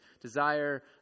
desire